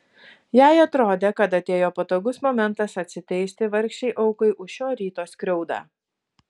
jai atrodė kad atėjo patogus momentas atsiteisti vargšei aukai už šio ryto skriaudą